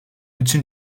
için